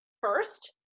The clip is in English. first